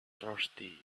thirsty